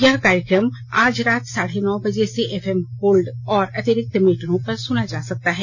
यह कार्यक्रम आज रात साढे नौ बजे से एफएम गोल्ड और अतिरिक्त मीटरों पर सुना जा सकता है